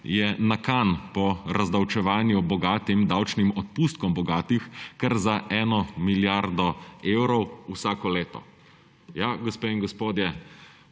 je nakan po razdavčevanju davčnih odpustkov bogatih kar za eno milijardo evrov vsako leto. Ja, gospe in gospodje,